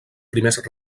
primers